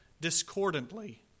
discordantly